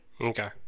Okay